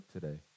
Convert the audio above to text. today